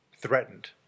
threatened